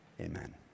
amen